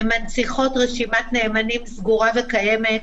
הן מנציחות רשימת נאמנים סגורה וקיימת,